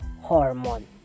hormone